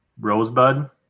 Rosebud